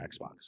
Xbox